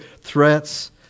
threats